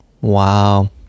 Wow